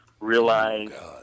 realize